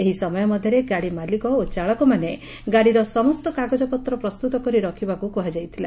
ଏହି ସମୟ ମଧ୍ଧରେ ଗାଡିମାଲିକ ଓ ଚାଳକମାନେ ଗାଡିର ସମସ୍ତ କାଗଜପତ୍ର ପ୍ରସ୍ତୁତ କରି ରଖିବାକୁ କୁହାଯାଇଥିଲା